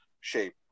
shape